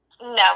No